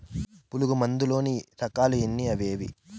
పులుగు మందు లోని రకాల ఎన్ని అవి ఏవి?